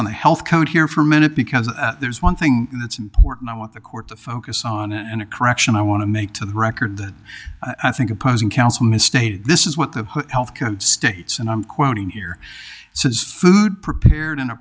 on the health code here for a minute because there's one thing that's important i want the court to focus on and a correction i want to make to the record that i think opposing counsel misstated this is what the health code states and i'm quoting here says food prepared in a